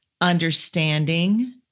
understanding